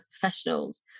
professionals